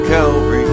Calvary